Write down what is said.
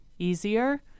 easier